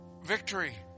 victory